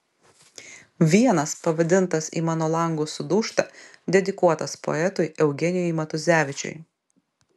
vienas pavadintas į mano langus sudūžta dedikuotas poetui eugenijui matuzevičiui